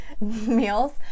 meals